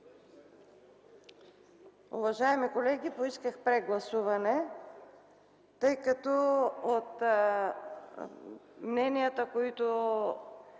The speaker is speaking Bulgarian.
Уважаеми колеги, поисках прегласуване, тъй като от мненията, които